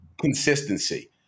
consistency